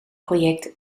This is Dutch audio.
project